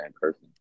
person